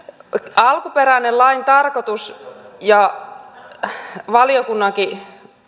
alkuperäinen lain tarkoitus ja valiokunnankin